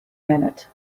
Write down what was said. minute